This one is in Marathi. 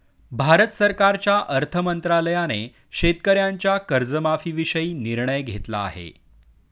भारत सरकारच्या अर्थ मंत्रालयाने शेतकऱ्यांच्या कर्जमाफीविषयी निर्णय घेतला आहे